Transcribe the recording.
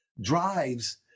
drives